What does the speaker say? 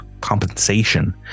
compensation